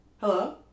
Hello